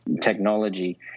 technology